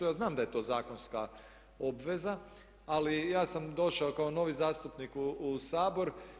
Ja znam da je to zakonska obveza, ali ja sam došao kao novi zastupnik u Sabor.